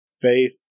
faith